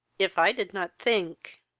if i did not think,